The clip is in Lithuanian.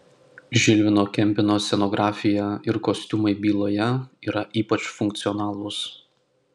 žilvino kempino scenografija ir kostiumai byloje yra ypač funkcionalūs